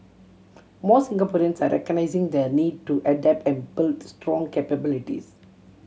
more Singaporeans are recognising the need to adapt and builds strong capabilities